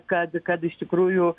kad kad iš tikrųjų